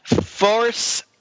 force